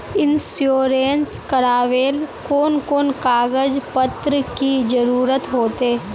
Insurance करावेल कोन कोन कागज पत्र की जरूरत होते?